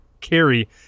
carry